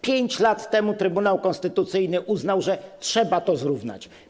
5 lat temu Trybunał Konstytucyjny uznał, że trzeba je zrównać.